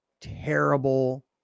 terrible